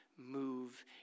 move